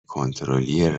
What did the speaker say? کنترلی